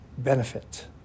Benefit